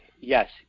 Yes